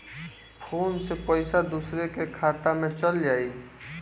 Phone से पईसा दूसरे के खाता में चल जाई?